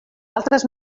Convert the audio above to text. altres